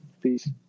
Peace